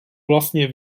vlastně